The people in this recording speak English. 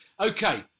Okay